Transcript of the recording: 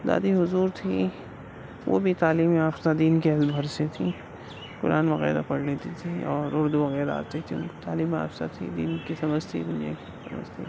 دادی حضور تھیں وہ بھی تعلیم یافتہ دین کے اعتبار سے تھیں قرآن وغیرہ پڑھ لیتی تھیں اور اردو وغیرہ آتی تھی ان کو تعلیم یافتہ تھیں دین کی سمجھ تھی انہیں